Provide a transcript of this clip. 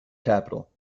capital